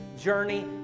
journey